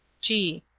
g.